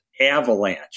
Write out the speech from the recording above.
avalanche